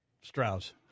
Strauss